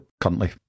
currently